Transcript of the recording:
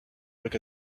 look